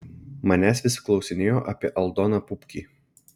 manęs vis klausinėjo apie aldoną pupkį